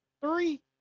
Three